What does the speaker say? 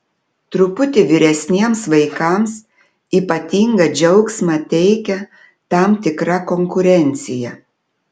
truputį vyresniems vaikams ypatingą džiaugsmą teikia tam tikra konkurencija